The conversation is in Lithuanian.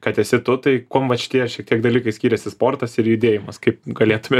kad esi tu tai kuom vat šitie šiek tiek dalykai skiriasi sportas ir judėjimas kaip galėtume